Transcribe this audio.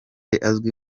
azwi